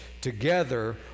together